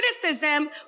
criticism